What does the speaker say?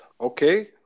Okay